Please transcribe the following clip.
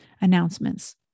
announcements